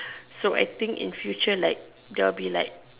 so I think in future like there will be like